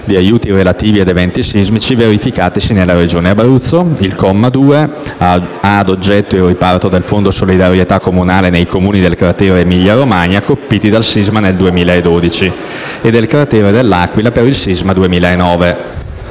di aiuti relativi agli eventi sismici verificatisi nella Regione Abruzzo, mentre il comma 2 ha ad oggetto il riparto del Fondo di solidarietà comunale nei Comuni del cratere Emilia-Romagna, colpiti dal sisma nel 2012, e del cratere dell'Aquila, per il sisma del 2009.